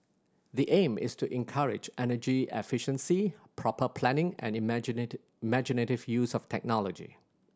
the aim is to encourage energy efficiency proper planning and imaginative use of technology